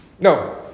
No